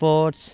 sports